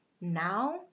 now